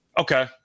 Okay